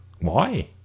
Why